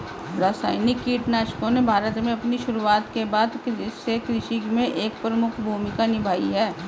रासायनिक कीटनाशकों ने भारत में अपनी शुरुआत के बाद से कृषि में एक प्रमुख भूमिका निभाई है